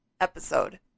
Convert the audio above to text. episode